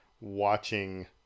watching